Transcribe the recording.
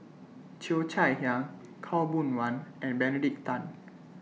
Cheo Chai Hiang Khaw Boon Wan and Benedict Tan